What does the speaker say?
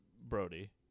Brody